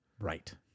Right